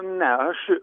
ne aš